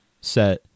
set